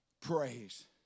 praise